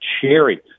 cherry